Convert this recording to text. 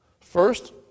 First